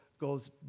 goes